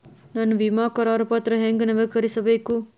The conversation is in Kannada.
ನನ್ನ ವಿಮಾ ಕರಾರ ಪತ್ರಾ ಹೆಂಗ್ ನವೇಕರಿಸಬೇಕು?